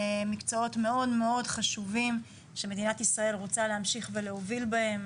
מקצועות מאוד חשובים שמדינת ישראל רוצה להמשיך ולהוביל בהם.